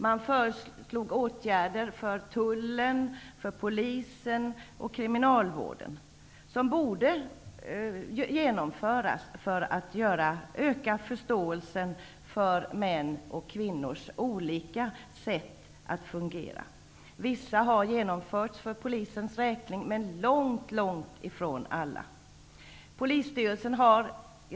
Man lade fram förslag till åtgärder för Tullen, Polisen och kriminalvården som borde vidtas för att åstadkomma en större förståelse för mäns och kvinnors olika sätt att fungera. Vissa åtgärder har vidtagits för Polisens räkning, men långt ifrån alla.